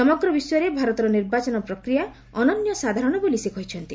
ସମଗ୍ର ବିଶ୍ୱରେ ଭାରତର ନିର୍ବାଚନ ପ୍ରକ୍ରିୟା ଅନନ୍ୟ ସାଧାରଣ ବୋଲି ସେ କହିଛନ୍ତି